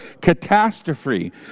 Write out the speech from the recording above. catastrophe